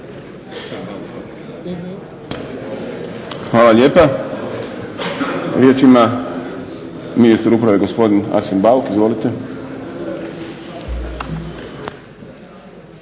Hvala lijepa. Riječ ima ministar uprave gospodin Arsen Bauk. Izvolite.